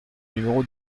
numéro